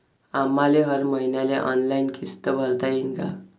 आम्हाले हर मईन्याले ऑनलाईन किस्त भरता येईन का?